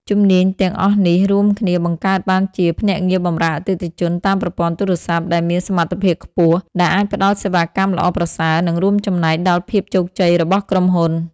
ជំនាញទាំងអស់នេះរួមគ្នាបង្កើតបានជាភ្នាក់ងារបម្រើអតិថិជនតាមប្រព័ន្ធទូរស័ព្ទ ដែលមានសមត្ថភាពខ្ពស់ ដែលអាចផ្ដល់សេវាកម្មល្អប្រសើរ និងរួមចំណែកដល់ភាពជោគជ័យរបស់ក្រុមហ៊ុន។